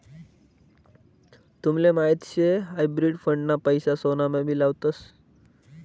तुमले माहीत शे हायब्रिड फंड ना पैसा सोनामा भी लावतस